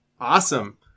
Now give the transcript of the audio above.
Awesome